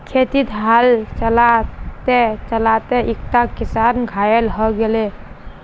खेतत हल चला त चला त एकता किसान घायल हय गेले